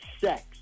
sex